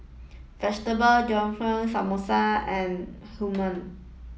Vegetable Jalfrezi Samosa and Human